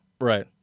Right